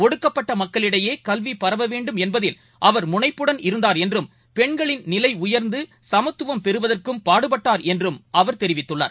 ஒடுக்கப்பட்டமக்களிடையேகல்வி பரவ வேண்டும் என்பதில் அவர் முனைப்புடன் இருந்தார் என்றும் பெண்களின் நிலைஉயர்ந்து சமத்துவம் பெறுவதற்கும் பாடுபட்டார் என்றும் அவர் தெரிவித்துள்ளார்